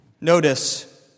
Notice